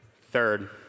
Third